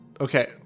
Okay